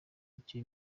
icyo